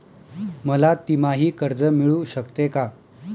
मला तिमाही कर्ज मिळू शकते का?